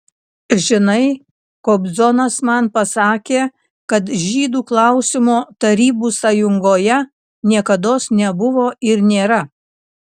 žinai kobzonas man pasakė kad žydų klausimo tarybų sąjungoje niekados nebuvo ir nėra